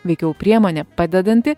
veikiau priemonė padedanti